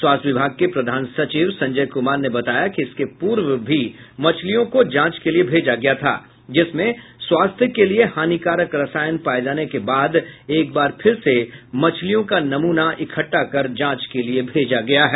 स्वास्थ्य विभाग के प्रधान सचिव संजय कुमार ने बताया कि इसके पूर्व भी मछलियों को जांच के लिये भेजा गया था जिसमें स्वास्थ्य के लिए हानिकारक रसायन पाये जाने के बाद एक बार फिर से मछलियां का नमूना इकट्ठा कर जांच के लिये भेजा गया है